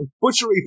butchery